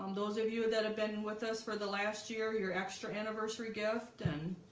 um those of you that have been with us for the last year your extra anniversary gift and